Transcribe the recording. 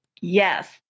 Yes